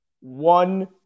One